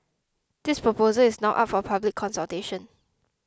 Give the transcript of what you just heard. this proposal is now up for public consultation